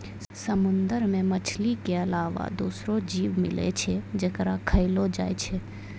समुंदर मे मछली के अलावा दोसरो जीव मिलै छै जेकरा खयलो जाय छै